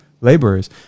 laborers